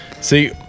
See